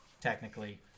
technically